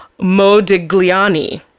Modigliani